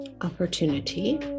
opportunity